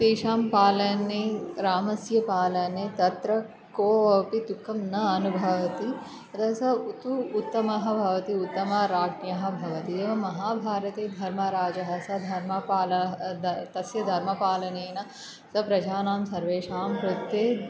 तेषां पालने रामस्य पालने तत्र कोपि दुःखं न अनुभवति यत स उत् उत्तमः भवति उत्तमः राज्ञः भवति एवं महाभारते धर्मराजः स धर्मपाल तस्य धर्मपालनेन स प्रजानां सर्वेषां कृते